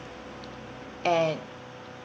and